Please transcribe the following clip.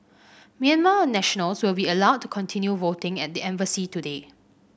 Myanmar nationals will be allowed to continue voting at the embassy today